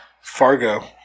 Fargo